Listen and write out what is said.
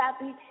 happy